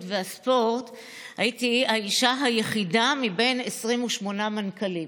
והספורט הייתי האישה היחידה מבין 28 מנכ"לים.